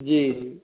जी जी